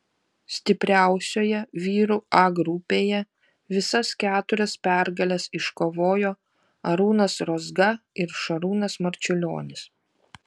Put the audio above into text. stipriausioje vyrų a grupėje visas keturias pergales iškovojo arūnas rozga ir šarūnas marčiulionis